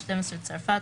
צרפת,